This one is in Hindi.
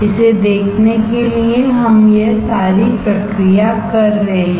इसे देखने के लिए हम यह सारी प्रक्रिया कर रहे हैं